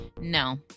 no